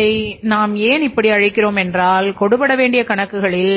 இதை நாம் ஏன் இப்படி அழைக்கிறோம் என்றால் கொடுபடவேண்டிய கணக்குகளில்